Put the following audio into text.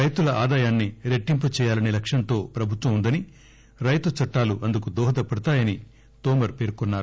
రైతుల ఆదాయాన్ని రెట్టింపు చేయాలనే లక్ష్యంతో ప్రభుత్వం ఉందని రైతు చట్టాలు అందుకు దోహదపడతాయని తోమర్ పేర్కొన్నారు